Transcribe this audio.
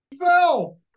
fell